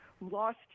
lost